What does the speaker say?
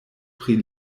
pri